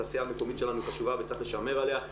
התעשייה המקומית שלנו חשובה וצריך לשמר עליה,